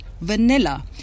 vanilla